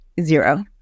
zero